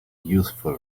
useful